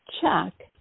check